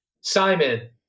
Simon